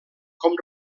com